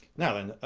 now then.